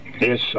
yes